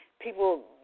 people